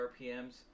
RPMs